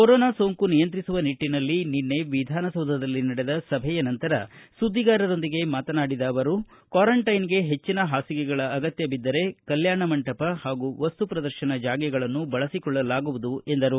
corona ಸೋಂಕು ನಿಯಂತ್ರಿಸುವ ನಿಟ್ಟನಲ್ಲಿ ನಿನ್ನೆ ವಿಧಾನಸೌಧದಲ್ಲಿ ನಡೆದ ಸಭೆಯ ನಂತರ ಸುದ್ದಿಗಾರರೊಂದಿಗೆ ಮಾತನಾಡಿದ ಅವರು ಕ್ವಾರಂಟೈನ್ಗೆ ಹೆಚ್ಚಿನ ಹಾಸಿಗೆಗಳ ಅಗತ್ಯ ಬಿದ್ದರೆ ಕಲ್ಯಾಣ ಮಂಟಪ ಹಾಗೂ ವಸ್ತು ಪ್ರದರ್ಶನ ಜಾಗಗಳನ್ನು ಬಳಸಿಕೊಳ್ಳಲಾಗುವುದು ಎಂದರು